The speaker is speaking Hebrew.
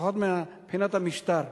לפחות מבחינת המשטר.